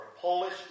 Polish